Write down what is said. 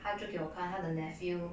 她就给我看她的 nephew